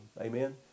amen